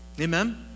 Amen